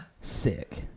Sick